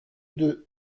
deux